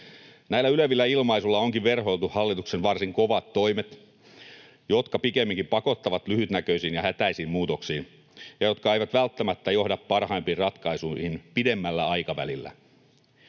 Näillä ylevillä ilmaisuilla onkin verhoiltu hallituksen varsin kovat toimet, jotka pikemminkin pakottavat lyhytnäköisiin ja hätäisiin muutoksiin ja jotka eivät välttämättä johda parhaimpiin ratkaisuihin pidemmällä aikavälillä.